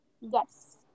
Yes